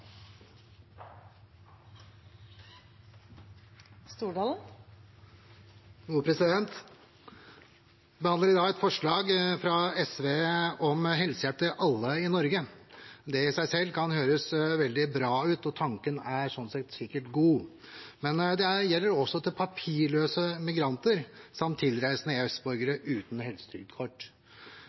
behandler i dag et forslag fra SV om helsehjelp til alle i Norge. Det i seg selv kan høres veldig bra ut, og tanken er sånn sett sikkert god, men det gjelder også til papirløse migranter samt tilreisende EØS-borgere uten helsetrygdkort.